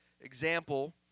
example